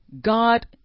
God